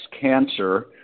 cancer